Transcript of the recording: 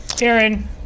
aaron